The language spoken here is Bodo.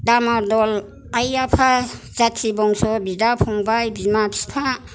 दामा दल आइ आफा जाथि बंस' बिदा फंबाय बिमा बिफा